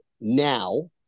now